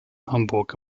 hamburg